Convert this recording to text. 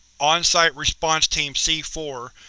on-site response team c four,